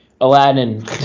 Aladdin